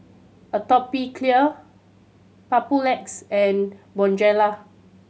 Atopiclair Papulex and Bonjela